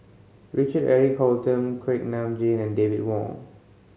Richard Eric Holttum Kuak Nam Jin and David Wong